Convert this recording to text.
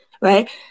right